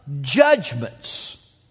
judgments